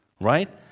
Right